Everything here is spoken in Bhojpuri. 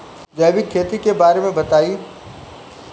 जैविक खेती के बारे में बताइ